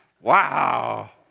Wow